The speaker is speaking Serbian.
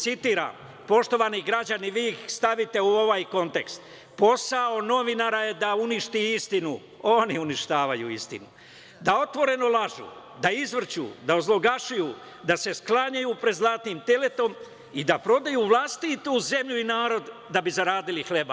Citiram, poštovani građani vi ih stavite u ovaj kontekst: „Posao novinara je da uništi istinu“, oni uništavaju istinu, „da otvoreno lažu, da izvrću, da ozloglašuju, da se sklanjaju pred zlatnim teletom i da prodaju vlastitu zemlju i narod da bi zaradili hleb“